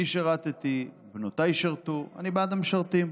אני שירתי, בנותיי שירתו, אני בעד המשרתים.